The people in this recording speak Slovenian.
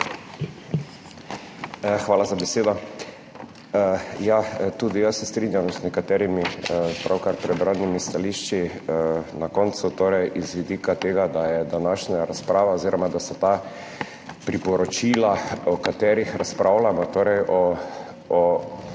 Hvala za besedo. Ja, tudi jaz se strinjam z nekaterimi pravkar prebranimi stališči na koncu, torej iz vidika tega, da je današnja razprava oziroma da so ta priporočila, o katerih razpravljamo, torej o,